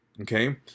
Okay